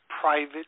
private